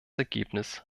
ergebnis